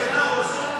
העיצובים,